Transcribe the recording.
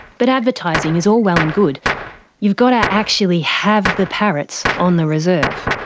but advertising is all well and good you've got to actually have the parrots on the reserve.